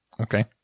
okay